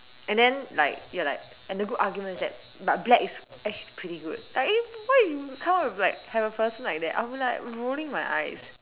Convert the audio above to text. and then like you're like and the good argument is that but black is actually pretty good like eh what if you come up with a person like that like I would be rolling my eyes